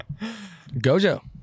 Gojo